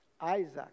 Isaac